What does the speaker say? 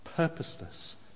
purposeless